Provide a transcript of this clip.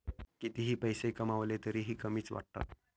कितीही पैसे कमावले तरीही कमीच वाटतात